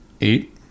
eight